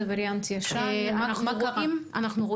זה וריאנט ישן?